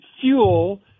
fuel